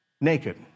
naked